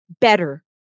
better